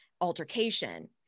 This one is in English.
altercation